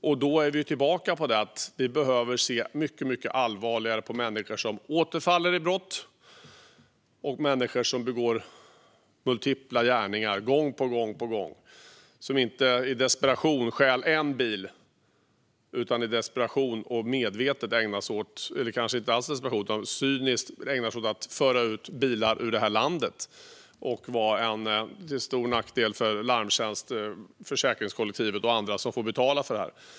Och då är vi tillbaka i att vi behöver se mycket allvarligare på människor som återfaller i brott och människor som begår multipla gärningar gång på gång, som inte i desperation stjäl en bil utan medvetet och cyniskt ägnar sig åt att föra ut bilar ur landet och vara till stor nackdel för larmtjänst, försäkringskollektivet och andra som får betala för det här.